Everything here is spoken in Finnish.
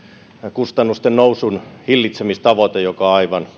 kustannusten nousun hillitsemistavoite joka on aivan